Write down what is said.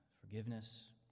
forgiveness